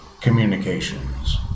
communications